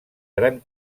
gran